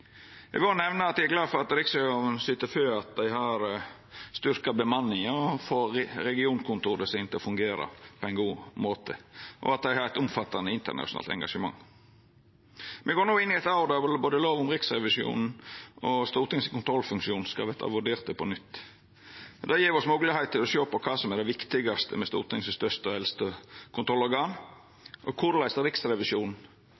Eg vil òg nemna at eg er glad for at Riksrevisjonen syter for at dei har styrkt bemanninga og får regionkontora sine til å fungera på ein god måte, og at dei har eit omfattande internasjonalt engasjement. Me går no inn i eit år der både lov om Riksrevisjonen og Stortingets kontrollfunksjon skal verta vurderte på nytt. Det gjev oss moglegheit til å sjå på kva som er det viktigaste med Stortingets største og eldste